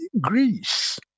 Greece